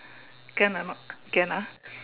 can or not can ah